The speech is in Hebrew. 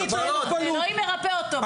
אלוהים מרפא אותו.